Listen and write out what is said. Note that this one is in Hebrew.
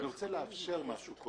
אני רוצה לאפשר כאן משהו,